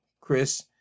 Chris